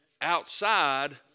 outside